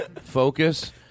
Focus